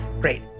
Great